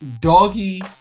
Doggy